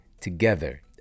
together